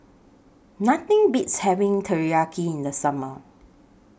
Nothing Beats having Teriyaki in The Summer